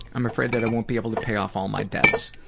i'm afraid that i won't be able to pay off all my debts.